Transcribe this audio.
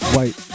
White